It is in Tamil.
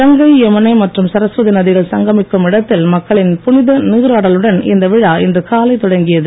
கங்கை யமுனை மற்றும் சரஸ்வதி நதிகள் சங்கமிக்கும் இடத்தில் மக்களின் புனித நீராடலுடன் இந்த விழா இன்று காலை தொடங்கியது